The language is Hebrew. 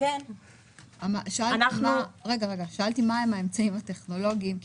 שאלתי מה הם האמצעים הטכנולוגיים כי